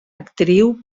actriu